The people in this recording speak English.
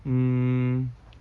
mm